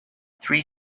three